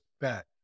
bet